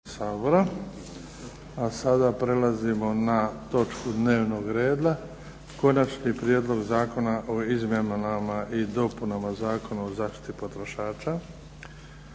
sada prelazimo na točku dnevnog reda - Prijedlog zakona o izmjenama i dopunama Zakona o zaštiti potrošača,